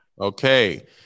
Okay